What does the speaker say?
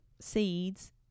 seeds